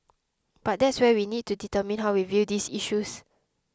but that's where we need to determine how we view these issues